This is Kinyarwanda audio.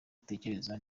atekereza